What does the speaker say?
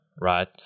right